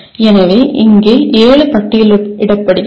எனவே இங்கே ஏழு பட்டியலிடப்பட்டுள்ளன